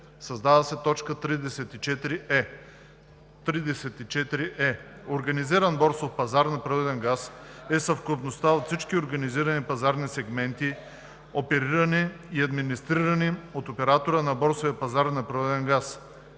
Създава се т. 34е: „34е. „Организиран борсов пазар на природен газ“ е съвкупността от всички организирани пазарни сегменти, оперирани и администрирани от оператора на борсовия пазар на природен газ,